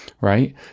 right